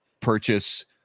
purchase